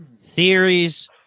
theories